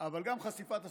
אבל גם חשיפת הסתרות,